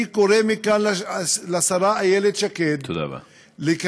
אני קורא מכאן לשרה איילת שקד לכנס,